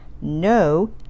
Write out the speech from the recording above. No